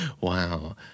Wow